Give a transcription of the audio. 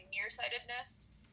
nearsightedness